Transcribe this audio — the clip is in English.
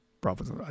prophets